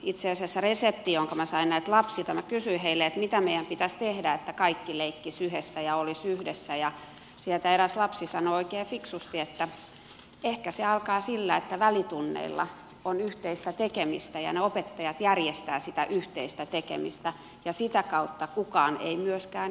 itse asiassa tämä sama resepti jonka minä sain näiltä lapsilta minä kysyin heiltä mitä meidän pitäisi tehdä että kaikki leikkisivät yhdessä ja olisivat yhdessä ja sieltä eräs lapsi sanoi oikein fiksusti että ehkä se alkaa sillä että välitunneilla on yhteistä tekemistä ja ne opettajat järjestävät sitä yhteistä tekemistä ja sitä kautta kukaan ei myöskään